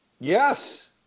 Yes